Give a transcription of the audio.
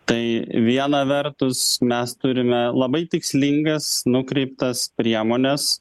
tai viena vertus mes turime labai tikslingas nukreiptas priemones